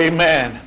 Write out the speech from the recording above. Amen